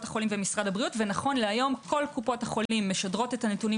החולים למשרד הבריאות ונכון להיום כל קופות החולים משדרות את הנתונים